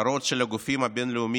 יש אזהרות של הגופים הבין-לאומיים